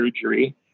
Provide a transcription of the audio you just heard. surgery